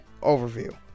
Overview